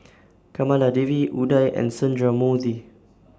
Kamaladevi Udai and Sundramoorthy